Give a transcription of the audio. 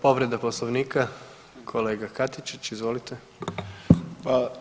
Povreda Poslovnika, kolega Katičić, izvolite.